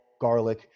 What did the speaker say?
garlic